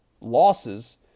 losses